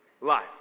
life